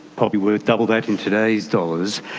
probably worth double that in today's dollars.